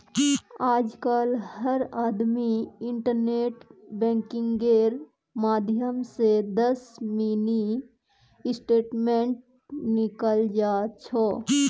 आजकल हर आदमी इन्टरनेट बैंकिंगेर माध्यम स दस मिनी स्टेटमेंट निकाल जा छ